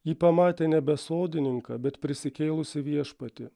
ji pamatė nebe sodininką bet prisikėlusį viešpatį